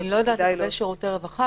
אני לא יודעת לגבי שירותי רווחה,